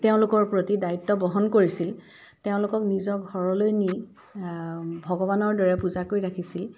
তেওঁলোকৰ প্ৰতি দায়িত্ব বহন কৰিছিল তেওঁলোকক নিজৰ ঘৰলৈ নি ভগৱানৰ দৰে পূজা কৰি ৰাখিছিল